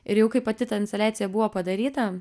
ir jau kai pati ta instaliacija buvo padaryta